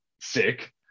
sick